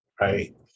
right